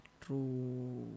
true